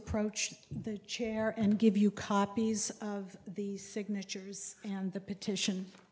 approach the chair and give you copies of the signatures and the petition